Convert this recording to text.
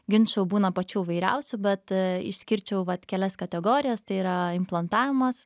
ginčų būna pačių įvairiausių bet išskirčiau vat kelias kategorijas tai yra implantavimas